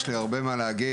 יש לי הרבה מה להגיד,